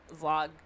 vlog